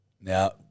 Now